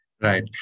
Right